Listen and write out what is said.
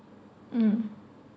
mm